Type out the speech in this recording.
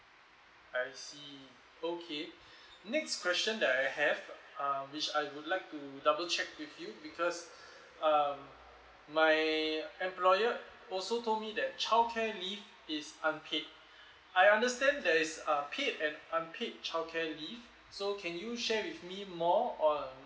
I see okay next question that I have um which I would like to double check with you because um my employer also told me that childcare leave is unpaid I understand there is uh paid and unpaid childcare leave so can you share with me more on